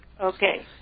Okay